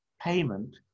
payment